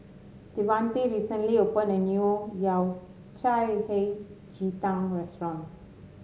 Devante recently opened a new Yao Cai Hei Ji Tang restaurant